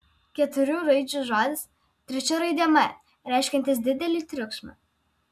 keturių raidžių žodis trečia raidė m reiškiantis didelį triukšmą